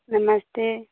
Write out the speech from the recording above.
नमस्ते